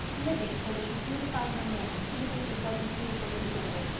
living so that you beautify your name, even if it wasn't beautiful to begin with.